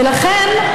ולכן,